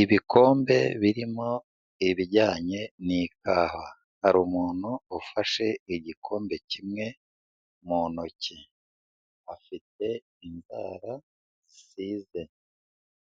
Ibikombe birimo ibijyanye n'ikawa hari umuntu ufashe igikombe kimwe mu ntoki, afite inzara zisize,